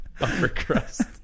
Uppercrust